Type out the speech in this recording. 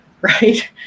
right